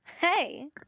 Hey